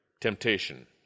temptation